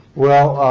well,